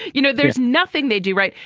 you know, there's nothing they do, right.